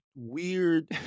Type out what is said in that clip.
Weird